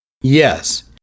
Yes